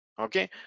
okay